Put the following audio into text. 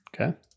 Okay